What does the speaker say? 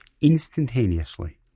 Instantaneously